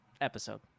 episode